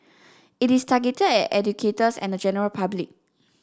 it is targeted at educators and general public